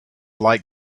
like